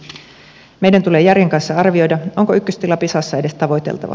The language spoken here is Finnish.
meidän tulee järjen kanssa arvioida onko ykköstila pisassa edes tavoiteltava